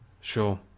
Sure